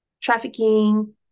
Trafficking